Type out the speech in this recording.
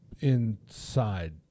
inside